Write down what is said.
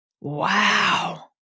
wow